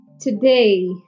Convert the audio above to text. today